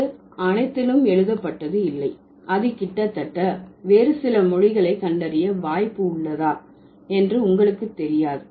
இது அனைத்திலும் எழுதப்பட்டது இல்லை அது கிட்டத்தட்ட வேறு சில மொழிகளை கண்டறிய வாய்ப்பு உள்ளதா என்று உங்களுக்கு தெரியாது